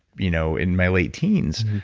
you know, in my late teens?